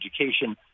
education